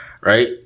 Right